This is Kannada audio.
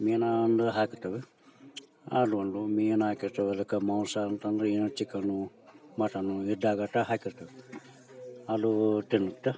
ಮೀನು ಅಂದ್ರೆ ಹಾಕ್ತೀವಿ ಅದು ಒಂದು ಮೀನು ಹಾಕಿರ್ತೀವಿ ಅದಕ್ಕೆ ಮಾಂಸ ಅಂತಂದ್ರೆ ಏನು ಚಿಕನ್ನೂ ಮಟನ್ನು ಇದ್ದಾಗತಾ ಹಾಕಿರ್ತೇವೆ ಅದೂ ತಿನ್ನುತ್ತಾ